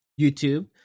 YouTube